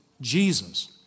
Jesus